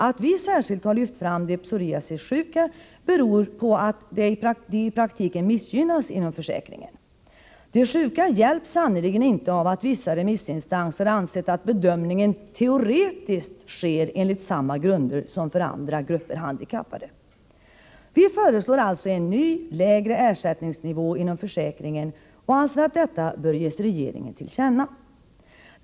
Att vi särskilt lyft fram de psoriasissjuka beror på att de i praktiken missgynnas inom försäkringen. De sjuka hjälps sannerligen inte av att vissa remissinstanser ansett att bedömningen teoretiskt sker enligt samma grunder som för andra grupper handikappade. Vi föreslår alltså en ny, lägre ersättningsnivå inom försäkringen och anser att detta bör ges regeringen till känna.